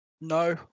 No